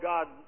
God